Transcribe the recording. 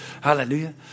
Hallelujah